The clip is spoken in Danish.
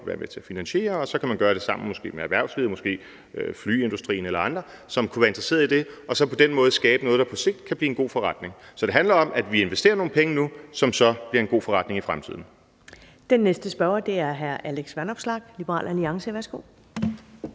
vil være med til at finansiere. Og så kan man måske gøre det sammen med erhvervslivet, måske flyindustrien eller andre, som kunne være interesseret i det. På den måde kan man skabe noget, der på sigt kan blive en god forretning. Så det handler om, at vi investerer nogle penge nu, som så bliver en god forretning i fremtiden. Kl. 11:48 Første næstformand (Karen Ellemann): Den næste spørger er hr. Alex Vanopslagh, Liberal Alliance. Værsgo.